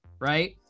right